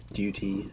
duty